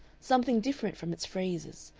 something different from its phrases,